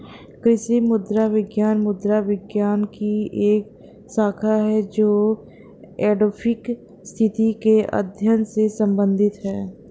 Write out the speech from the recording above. कृषि मृदा विज्ञान मृदा विज्ञान की एक शाखा है जो एडैफिक स्थिति के अध्ययन से संबंधित है